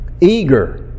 eager